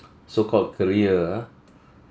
so called career ah